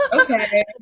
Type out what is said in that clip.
Okay